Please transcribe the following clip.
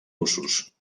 russos